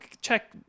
check